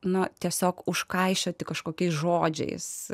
nuo tiesiog užkaišioti kažkokiais žodžiais